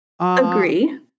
Agree